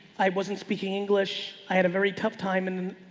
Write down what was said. i wasn't speaking english. i had a very tough time in.